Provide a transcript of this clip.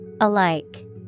Alike